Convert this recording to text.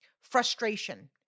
frustration